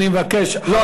אדוני, אתה עוקב בפייסבוק?